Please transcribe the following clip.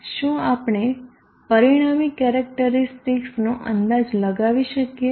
શું આપણે પરિણામી કેરેક્ટરીસ્ટિકસનો અંદાજ લગાવી શકીએ